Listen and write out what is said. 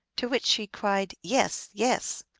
to which she cried, yes, yes!